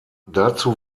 dazu